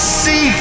see